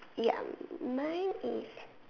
ya mine is